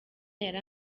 yari